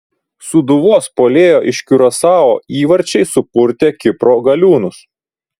sūduvos puolėjo iš kiurasao įvarčiai supurtė kipro galiūnus